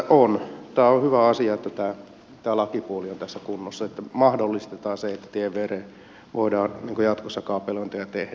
tämä on hyvä asia että tämä lakipuoli on tässä kunnossa että mahdollistetaan se että tien viereen voidaan jatkossa kaapelointeja tehdä